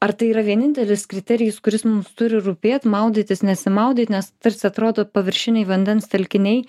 ar tai yra vienintelis kriterijus kuris mums turi rūpėt maudytis nesimaudyt nes tarsi atrodo paviršiniai vandens telkiniai